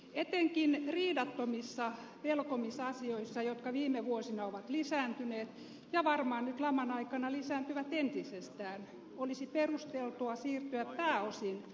etenkin riidattomissa velkomisasioissa jotka viime vuosina ovat lisääntyneet ja varmaan nyt laman aikana lisääntyvät entisestään olisi perusteltua siirtyä pääosin puhelintiedoksiantoihin